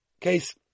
case